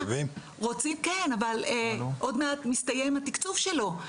אבל עוד מעט מסתיים התקצוב שלו,